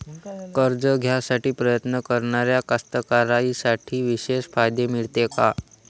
कर्ज घ्यासाठी प्रयत्न करणाऱ्या कास्तकाराइसाठी विशेष फायदे मिळते का?